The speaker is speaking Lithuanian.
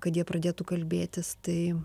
kad jie pradėtų kalbėtis tai